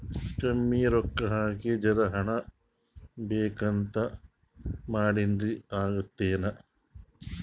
ಕಮ್ಮಿ ರೊಕ್ಕ ಹಾಕಿ ಜರಾ ಹಣ್ ಬೆಳಿಬೇಕಂತ ಮಾಡಿನ್ರಿ, ಆಗ್ತದೇನ?